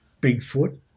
Bigfoot